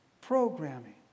Programming